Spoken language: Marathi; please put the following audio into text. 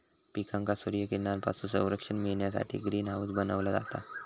पिकांका सूर्यकिरणांपासून संरक्षण मिळण्यासाठी ग्रीन हाऊस बनवला जाता